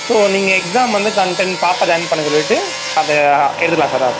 so நீங்கள் exam வந்து content பாப்பா ஜாயின் பண்ண சொல்லிட்டு அதை எழுதலாம் சார்